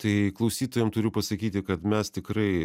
tai klausytojam turiu pasakyti kad mes tikrai